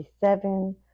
Seven